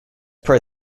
per